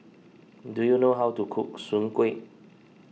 do you know how to cook Soon Kueh